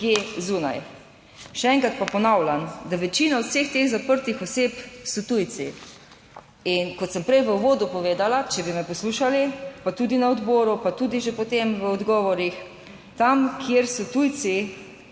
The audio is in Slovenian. Še enkrat pa ponavljam, da večina vseh teh zaprtih oseb so tujci. In kot sem prej v uvodu povedala, če bi me poslušali, pa tudi na odboru, pa tudi že, potem v odgovorih, tam kjer so tujci,